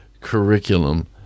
curriculum